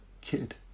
kid